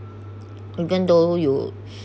even though you